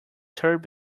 third